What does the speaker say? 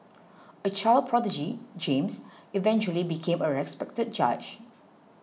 a child prodigy James eventually became a respected judge